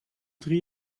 drie